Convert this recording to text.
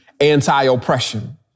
anti-oppression